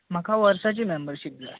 म्हाका वर्साची मँम्बरशीप जाय